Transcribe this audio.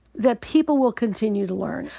that people will continue to learn.